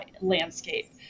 landscape